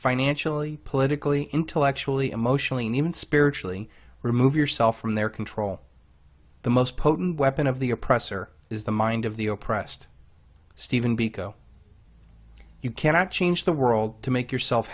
financially politically intellectually emotionally and even spiritually remove yourself from their control the most potent weapon of the oppressor is the mind of the o pressed steven biko you cannot change the world to make yourself